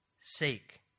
sake